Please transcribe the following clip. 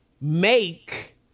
make